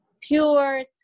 pure